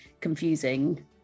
confusing